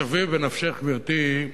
אז שווי בנפשך, גברתי,